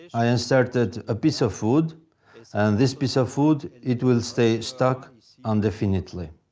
i inserted a piece of wood, and this piece of wood, it will stay stuck indefinitely.